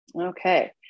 okay